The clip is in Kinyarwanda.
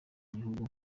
gihugu